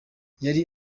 yari